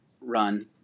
run